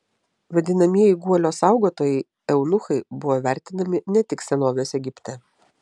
vadinamieji guolio saugotojai eunuchai buvo vertinami ne tik senovės egipte